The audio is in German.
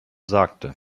sagte